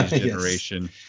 generation